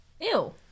Ew